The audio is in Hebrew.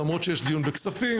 למרות שיש דיון בכספים,